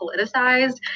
politicized